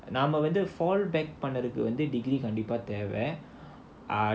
நாம வந்து:naama vandhu fall back பண்ணதுக்கு வந்து:pannathukku vandhu degree கண்டிப்பா தேவ:kandippaa theva